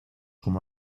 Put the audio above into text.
como